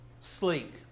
sleek